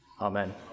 amen